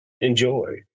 enjoy